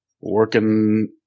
working